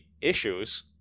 issues